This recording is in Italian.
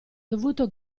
dovuto